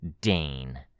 Dane